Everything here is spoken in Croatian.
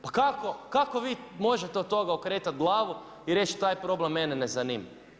Pa kako vi možete od toga okretati glavu i reći taj problem mene ne zanima.